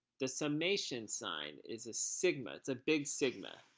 the summation sign is sigma, it's a big sigma.